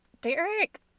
Derek